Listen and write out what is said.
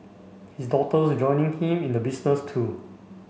his daughter's joining him in the business too